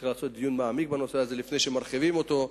צריך לעשות דיון מעמיק בנושא הזה לפני שמרחיבים אותו.